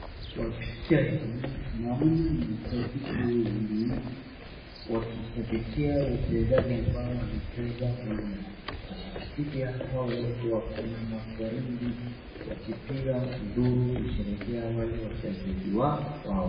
Kwa picha hii naona mashabiki wengi, wakishabikia wachezaji ambao wanacheza uwanja, mashabiki hao wako na mafirimbi wakipiga nduru wakisherehekea wale wachezaji wao.